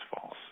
false